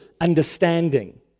understanding